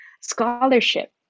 scholarship